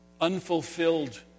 Unfulfilled